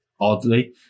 oddly